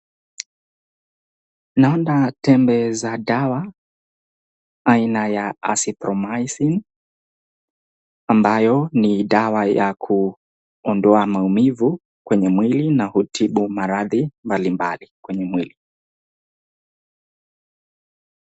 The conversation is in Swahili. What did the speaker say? Naona tembe za dawa aina ya azinthromycin ambayo ni dawa ya kuondoa maumivu kwenye mwili na hutibu maradhi mbalimbali kwenye mwili.